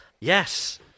Yes